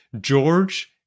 George